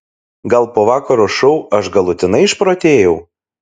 gal po vakaro šou aš galutinai išprotėjau